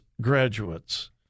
graduates